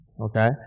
Okay